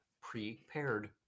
prepared